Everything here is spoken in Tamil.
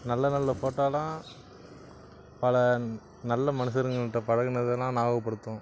நல்ல நல்ல ஃபோட்டோல்லாம் பல நல்ல மனுஷர்ங்ககிட்ட பழகுனதெல்லாம் ஞாபகப்படுத்தும்